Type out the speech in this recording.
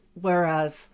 Whereas